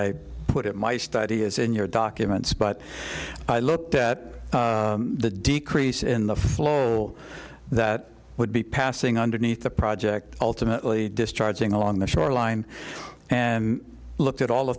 i put my study is in your documents but i looked at the decrease in the floor that would be passing underneath the project ultimately discharging along the shoreline and looked at all